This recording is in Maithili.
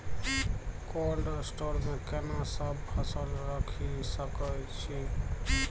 कोल्ड स्टोर मे केना सब फसल रखि सकय छी?